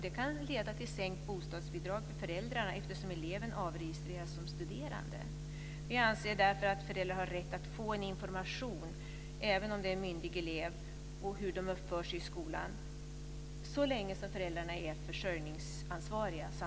Det kan leda till sänkt bostadsbidrag för föräldrarna eftersom eleven avregistreras som studerande. Vi anser därför att föräldrar har rätt att få information om myndig elevs uppförande i skolan så länge föräldrarna är försörjningsansvariga.